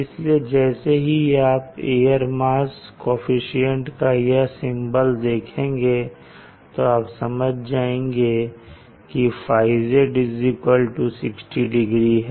इसलिए जैसे ही आप एयर मास कोअफिशन्ट का यह सिंबल देखेंगे आप समझ जाएंगे कि θz60 है